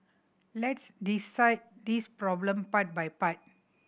let's dissect this problem part by part